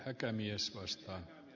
arvoisa puhemies